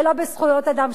ולא בזכויות אדם,